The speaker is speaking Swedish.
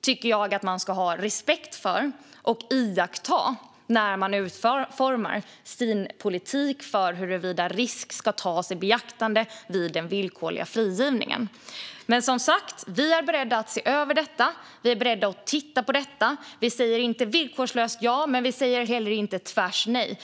tycker jag att man ska ha respekt för och iaktta när man utformar sin politik för huruvida risk ska tas i beaktande vid villkorlig frigivning. Vi är som sagt beredda att se över och titta på detta. Vi säger inte villkorslöst ja, men vi säger heller inte tvärt nej.